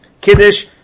Kiddush